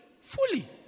Fully